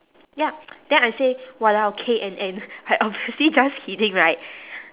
ya then I say !walao! K_N_N I obviously just kidding right